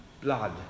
blood